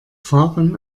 fahren